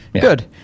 good